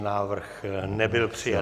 Návrh nebyl přijat.